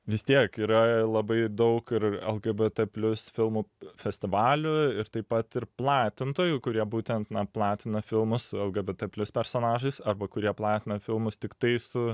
vis tiek yra labai daug ir lgbt plius filmų festivalių ir taip pat ir platintojų kurie būtent na platina filmus su lgbt plius personažas arba kurie platina filmus tiktai su